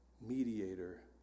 mediator